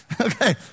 Okay